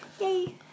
yay